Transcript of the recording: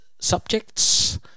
subjects